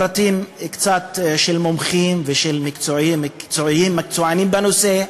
פרטים של מומחים ושל מקצוענים בנושא,